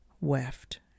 Weft